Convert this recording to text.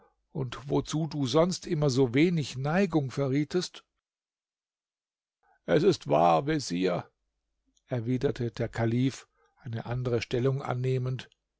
und wozu du sonst immer so wenig neigung verrietest es ist wahr vezier erwiderte der kalif eine andere stellung annehmend